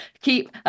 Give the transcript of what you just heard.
keep